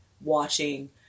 watching